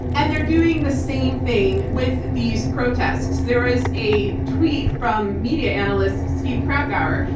and they're doing the same thing with these protests. there is a tweet from media analyst steve krakauer.